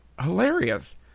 hilarious